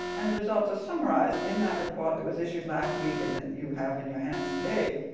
and the results are summarized in that report that was issued last week, and that you have in your hands today